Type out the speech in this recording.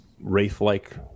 wraith-like